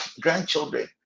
grandchildren